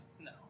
no